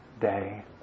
day